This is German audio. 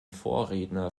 vorredner